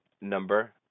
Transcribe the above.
number